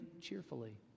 cheerfully